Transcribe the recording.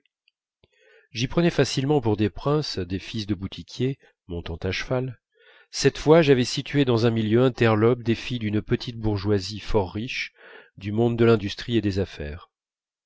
j'y prenais facilement pour des princes des fils de boutiquiers montant à cheval cette fois j'avais situé dans un milieu interlope des filles d'une petite bourgeoisie fort riche du monde de l'industrie et des affaires